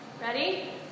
Ready